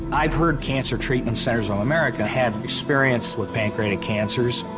i've heard cancer treatment centers of america have experience with pancreatic cancers.